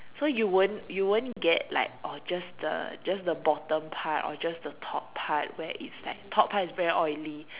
so you won't you won't get like or just the just the bottom part or just the top part where it's like top part is very oily